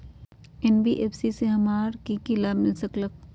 NBFC से हमार की की लाभ मिल सक?